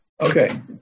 Okay